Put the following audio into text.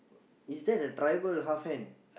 is that a tribal half hand